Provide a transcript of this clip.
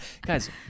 guys